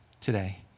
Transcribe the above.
today